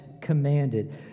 commanded